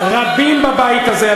רבים בבית הזה,